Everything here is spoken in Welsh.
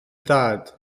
dad